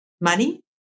Money